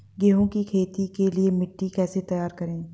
गेहूँ की खेती के लिए मिट्टी कैसे तैयार करें?